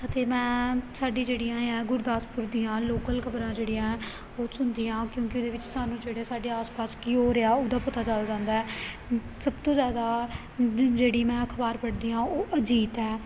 ਅਤੇ ਮੈਂ ਸਾਡੀ ਜਿਹੜੀਆਂ ਹੈ ਗੁਰਦਾਸਪੁਰ ਦੀਆਂ ਲੋਕਲ ਖ਼ਬਰਾਂ ਜਿਹੜੀਆਂ ਉਹ ਸੁਣਦੀ ਹਾਂ ਕਿਉਂਕਿ ਉਹਦੇ ਵਿੱਚ ਸਾਨੂੰ ਜਿਹੜੇ ਸਾਡੇ ਆਸ ਪਾਸ ਕੀ ਹੋ ਰਿਹਾ ਉਹਦਾ ਪਤਾ ਚੱਲ ਜਾਂਦਾ ਸਭ ਤੋਂ ਜ਼ਿਆਦਾ ਜਿਹੜੀ ਮੈਂ ਅਖ਼ਬਾਰ ਪੜ੍ਹਦੀ ਹਾਂ ਉਹ ਅਜੀਤ ਹੈ